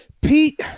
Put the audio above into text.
Pete